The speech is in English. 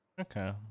Okay